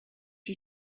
you